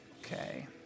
Okay